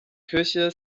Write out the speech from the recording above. kirche